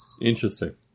Interesting